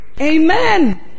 Amen